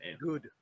Good